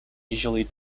usually